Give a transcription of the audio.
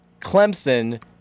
Clemson